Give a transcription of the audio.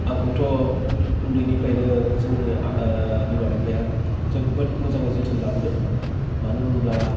आंखौथ' उन्दैनिफ्रायनो जोंनि बिमा बिफाया जोबोद मोजाङै जोथोन लाबोदों मानो होनोब्ला